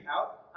out